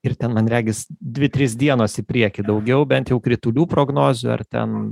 ir ten man regis dvi tris dienos į priekį daugiau bent jau kritulių prognozių ar ten